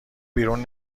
بیرون